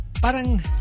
Parang